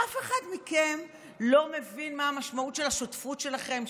אף אחד מכם לא מבין מה המשמעות של השותפות שלכם,